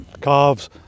calves